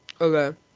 Okay